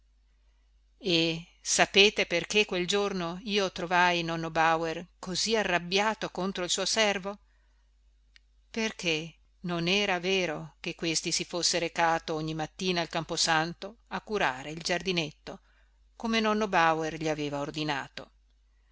e sapete perché quel giorno io trovai nonno bauer così arrabbiato contro il suo servo perché non era vero che questi si fosse recato ogni mattina al camposanto a curare il giardinetto come nonno bauer gli aveva ordinato